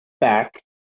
back